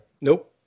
Nope